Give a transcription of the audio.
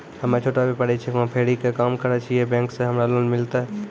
हम्मे छोटा व्यपारी छिकौं, फेरी के काम करे छियै, बैंक से हमरा लोन मिलतै?